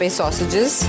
sausages